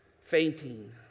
fainting